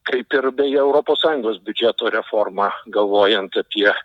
kaip ir beje europos sąjungos biudžeto reforma galvojant apie